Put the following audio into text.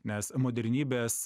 nes modernybės